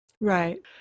Right